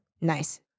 nice